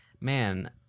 man